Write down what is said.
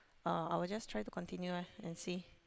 uh I will just try to continue ah and see